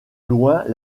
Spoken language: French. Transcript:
loin